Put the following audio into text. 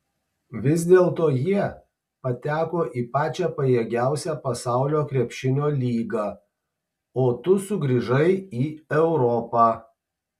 vis dėlto jie pateko į pačią pajėgiausią pasaulio krepšinio lygą o tu sugrįžai į europą